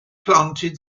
planted